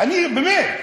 באמת?